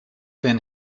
then